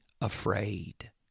afraid